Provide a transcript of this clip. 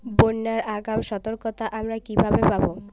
বন্যার আগাম সতর্কতা আমরা কিভাবে পাবো?